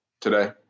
Today